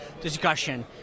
discussion